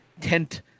tent